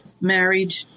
married